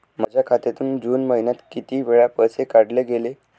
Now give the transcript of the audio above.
माझ्या खात्यातून जून महिन्यात किती वेळा पैसे काढले गेले?